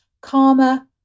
karma